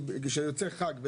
כשיוצא חג או